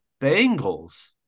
Bengals